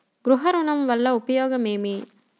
గృహ ఋణం వల్ల ఉపయోగం ఏమి?